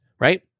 right